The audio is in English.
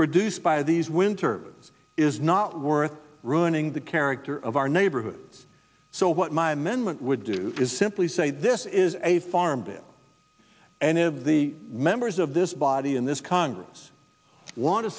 produced by these winter is not worth ruining the character of our neighborhood so what my men want would do is simply say this is a farm bill and of the members of this body in this congress wa